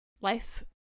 life